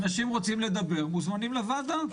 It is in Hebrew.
אנשים רוצים לדבר, מוזמנים לוועדה.